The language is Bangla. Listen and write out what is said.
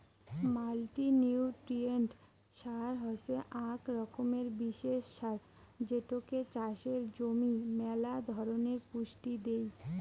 মাল্টিনিউট্রিয়েন্ট সার হসে আক রকমের বিশেষ সার যেটোতে চাষের জমি মেলা ধরণের পুষ্টি দেই